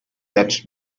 that